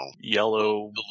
Yellow